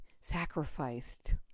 sacrificed